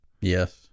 yes